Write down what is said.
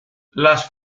las